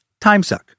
timesuck